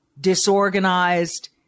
disorganized